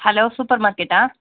hello super மார்க்கெட்டா